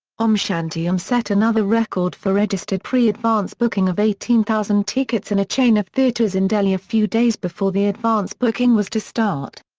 om shanti om set another record for registered pre-advance booking of eighteen thousand tickets in a chain of theatres in delhi a few days before the advance booking was to start.